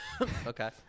Okay